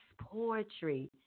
poetry